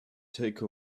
take